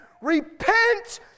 Repent